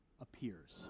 appears